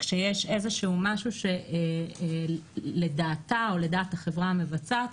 כשיש משהו שלדעתה או לדעת החברה המבצעת,